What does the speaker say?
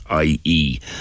IE